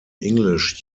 english